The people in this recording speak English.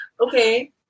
okay